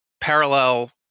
parallel